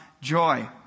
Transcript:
joy